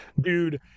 Dude